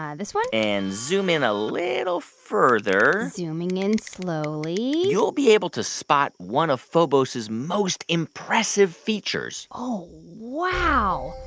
ah this one. and zoom in a little further. zooming in slowly. you'll be able to spot one of phobos' most impressive features oh, wow.